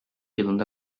yılında